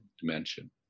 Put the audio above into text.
dimension